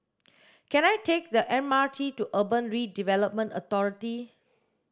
can I take the M R T to Urban Redevelopment Authority